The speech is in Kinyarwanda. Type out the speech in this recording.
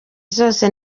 zose